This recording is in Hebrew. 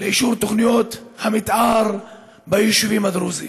באישור תוכניות המתאר ביישובים הדרוזיים,